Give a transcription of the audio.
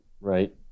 right